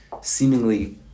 seemingly